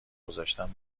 گذاشتن